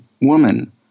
woman